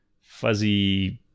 fuzzy